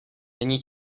není